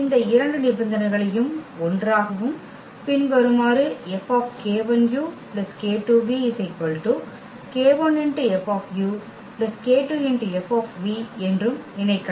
இந்த இரண்டு நிபந்தனைகளையும் ஒன்றாகவும் பின்வருமாறு F k1u k2v k1F k2 F என்றும் இணைக்கலாம்